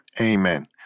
Amen